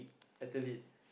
athlete